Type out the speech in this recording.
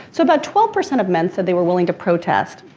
so about twelve percent of men said, they were willing to protest.